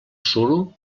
suro